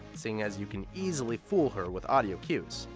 seeing as you can easily fool her with audio cues,